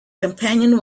companion